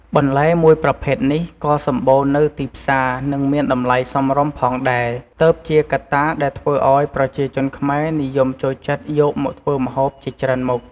បន្លែមួយប្រភេទនេះក៏សម្បូរនៅទីផ្សារ និងមានតម្លៃសមរម្យផងដែរ ទើបជាកត្តាដែលធ្វើឱ្យប្រជាជនខ្មែរនិយមចូលចិត្តយកមកធ្វើម្ហូបជាច្រើនមុខ។